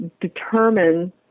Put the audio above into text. determine